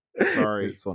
Sorry